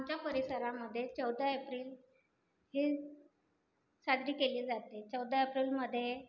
आमच्या परिसरामध्ये चौदा एप्रिल ही साजरी केली जाते चौदा एप्रिलमध्ये